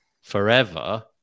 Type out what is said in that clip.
forever